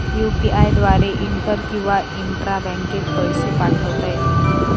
UPI द्वारे inter किंवा intra बँकेत पैसे पाठवता येते